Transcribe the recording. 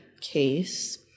case